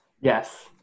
yes